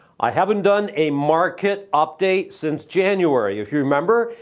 i haven't done a market update since january. if you remember,